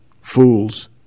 fools